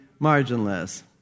marginless